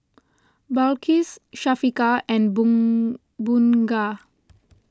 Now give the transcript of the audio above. Balqis Syafiqah and Bun Bunga